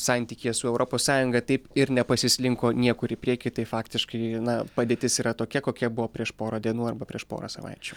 santykyje su europos sąjunga taip ir nepasislinko niekur į priekį tai faktiškai na padėtis yra tokia kokia buvo prieš porą dienų arba prieš porą savaičių